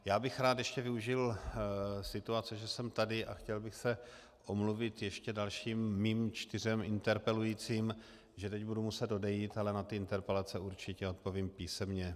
Já bych rád ještě využil situace, že jsem tady, a chtěl bych se omluvit ještě dalším svým čtyřem interpelujícím, že teď budu muset odejít, ale na ty interpelace určitě odpovím písemně.